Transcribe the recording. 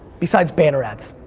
besides banner ads,